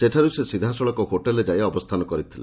ସେଠାରୁ ସେ ସିଧାସଳଖ ହୋଟେଲରେ ଯାଇ ଅବସ୍ରାନ କରିଥିଲେ